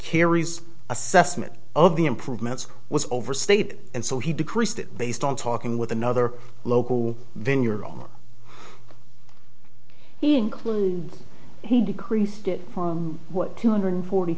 kerry's assessment of the improvements was overstated and so he decreased it based on talking with another local vineyard he included he decreased it from what two hundred forty